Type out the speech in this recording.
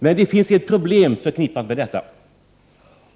Men det finns ett problem förknippat med detta.